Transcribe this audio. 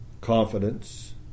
confidence